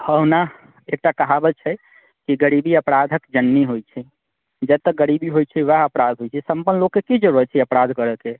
हँ ओना एकटा कहावत छै कि गरीबी अपराधक जननी होइत छै जतऽ गरीबी होइत छै ओएह अपराध होइत छै सम्पन्न लोककेँ की जरूरी होइत छै अपराध करऽके